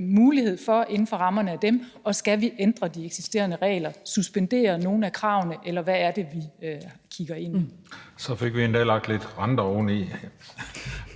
mulighed for, altså inden for rammerne af dem, og skal vi ændre de eksisterende regler, suspendere nogle af kravene, eller hvad er det, vi kigger ind i? Kl. 17:22 Den fg. formand (Christian Juhl): Så fik vi endda lagt lidt renter oveni.